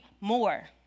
more